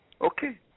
Okay